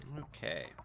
Okay